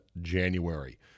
January